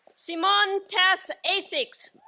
simone tess aisiks